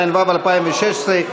התשע"ו 2016,